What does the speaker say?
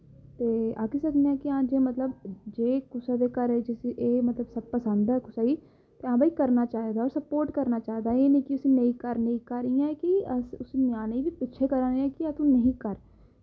ते आक्खी सकने आं हां मतलब जे कुसै दै घर एह् पसंद ऐ कुसै दै घर हां भाई करना स्पोर्ट करना चाहिदा एह् निं कि नेईं कर नेईं कर एह् ऐ कि न्यानें बी पुच्छो घरा आह्लें कि